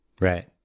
Right